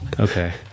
Okay